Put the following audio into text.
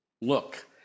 look